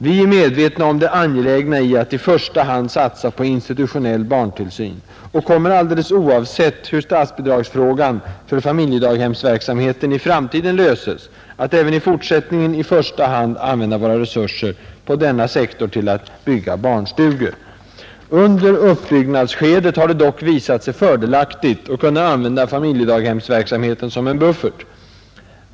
Vi är medvetna om det angelägna i att i första hand satsa på institutionell barntillsyn och kommer alldeles oavsett hur statsbidragsfrågan för familjedaghemsverksamheten i framtiden löses att även i fortsättningen i första hand använda våra resurser på denna sektor till att bygga barnstugor. Under uppbyggnadsskedet har det dock visat sig fördelaktigt att kunna använda familjedaghemsverksamheten som en ”buffert”.